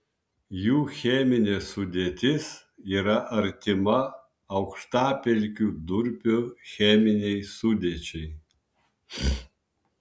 jų cheminė sudėtis yra artima aukštapelkių durpių cheminei sudėčiai